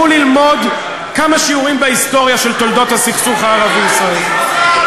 תלכו ללמוד כמה שיעורים בהיסטוריה של תולדות הסכסוך הערבי ישראלי.